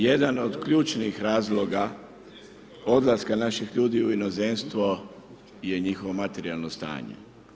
Jedan od ključnih razloga odlaska naših ljudi u inozemstvo je njihovo materijalno stanje.